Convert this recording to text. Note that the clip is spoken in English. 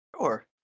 Sure